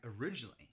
originally